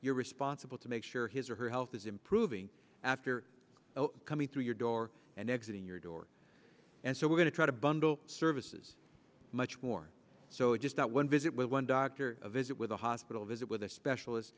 you're responsible to make sure his or her health is improving after coming through your door and exiting your door and so we're going to try to bundle services much more so just that one visit with one doctor visit with a hospital visit with a specialist